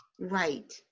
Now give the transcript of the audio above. Right